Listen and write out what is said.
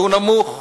שהוא נמוך